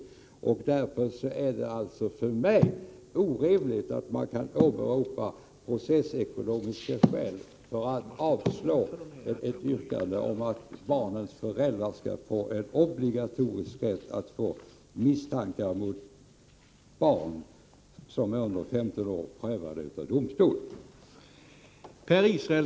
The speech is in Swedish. Av den anledningen ter det sig för mig som orimligt att man åberopar processekonomiska skäl för att avslå ett yrkande om att barnens föräldrar skall få en obligatorisk rätt att få misstankar mot barn som är under 15 år prövade av domstol.